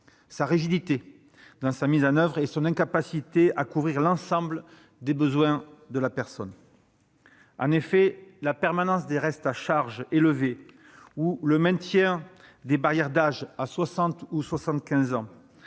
la rigidité de sa mise en oeuvre et son inaptitude à couvrir l'ensemble des besoins de la personne. De fait, la permanence de restes à charge élevés, le maintien de barrières d'âge à 60 et 75 ans